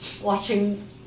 watching